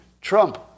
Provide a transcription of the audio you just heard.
Trump